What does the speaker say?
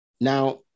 Now